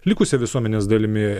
likusia visuomenės dalimi